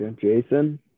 Jason